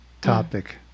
topic